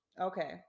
Okay